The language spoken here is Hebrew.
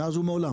מאז ומעולם